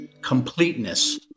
completeness